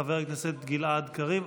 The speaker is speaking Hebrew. חבר הכנסת גלעד קריב,